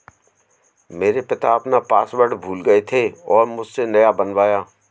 मेरे पिता अपना पासवर्ड भूल गए थे और मुझसे नया बनवाया